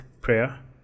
prayer